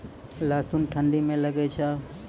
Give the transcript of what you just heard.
लहसुन ठंडी मे लगे जा?